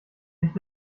nicht